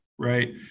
right